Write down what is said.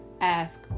Ask